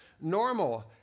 normal